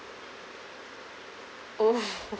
oh